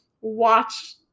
watch